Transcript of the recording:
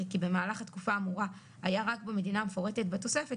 כי במהלך התקופה האמורה היה רק במדינה המפורטת בתוספת,